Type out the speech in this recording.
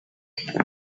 kelly